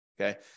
Okay